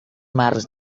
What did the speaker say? marcs